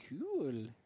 Cool